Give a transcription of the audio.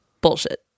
Bullshit